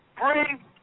bring